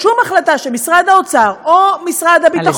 שום החלטה שמשרד האוצר או משרד הביטחון